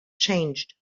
changed